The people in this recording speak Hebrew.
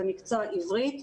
במקצוע עברית,